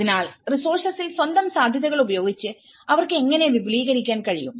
അതിനാൽ റിസോർസസിൽ സ്വന്തം സാധ്യതകൾ ഉപയോഗിച്ച് അവർക്ക് എങ്ങനെ വിപുലീകരിക്കാൻ കഴിയും